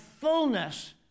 fullness